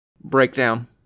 breakdown